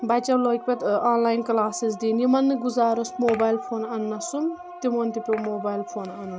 بچو لٲگۍ پتہٕ آن لایِن کلاسِز دِنۍ یِمن نہٕ گُزار اوس موبایِل فون اننہٕ نس سُم تِمن تہِ پٮ۪و موبایل فون انُن